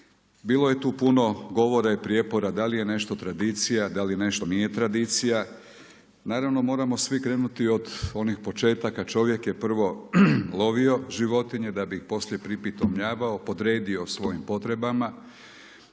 bilo je tu puno govora i prijepora da li je nešto tradicija, da li nešto nije tradicija. Naravno, moramo svi krenuti od onih početaka. Čovjek je prvo lovio životinje da bi ih poslije pripitomljavao, podredio svojim potrebama.